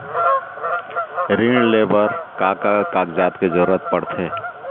ऋण ले बर का का कागजात के जरूरत पड़थे?